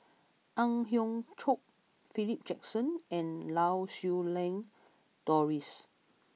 Ang Hiong Chiok Philip Jackson and Lau Siew Lang Doris